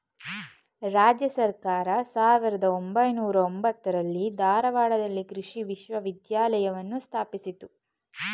ರಾಜ್ಯ ಸರ್ಕಾರ ಸಾವಿರ್ದ ಒಂಬೈನೂರ ಎಂಬತ್ತಾರರಲ್ಲಿ ಧಾರವಾಡದಲ್ಲಿ ಕೃಷಿ ವಿಶ್ವವಿದ್ಯಾಲಯವನ್ನು ಸ್ಥಾಪಿಸಿತು